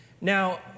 Now